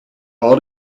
all